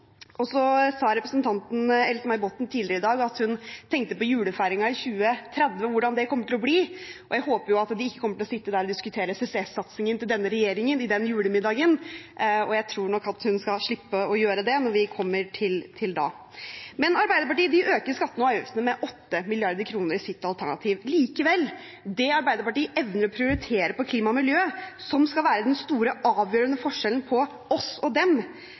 Så sa representanten Else-May Botten tidligere i dag at hun tenkte på hvordan julefeiringen i 2030 kom til å bli. Jeg håper at de ikke kommer til å sitte der og diskutere CCS-satsingen til denne regjeringen i den julemiddagen, og jeg tror nok at hun skal slippe å gjøre det, når vi kommer dit. Arbeiderpartiet øker skattene og avgiftene med 8 mrd. kr i sitt alternativ. Likevel: Det Arbeiderpartiet evner å prioritere innen klima og miljø som skal være den store, avgjørende forskjellen på oss og dem,